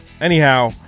anyhow